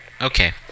Okay